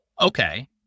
Okay